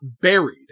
buried